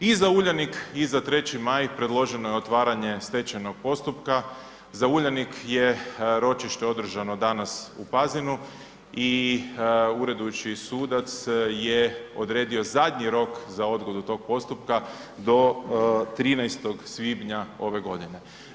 I za Uljanik i za 3. maj predloženo je otvaranje stečajnog postupka, za Uljanik je ročište održano danas u Pazinu i uredujući sudac je odredio zadnji rok za odgodu tog postupka do 13. svibnja ove godine.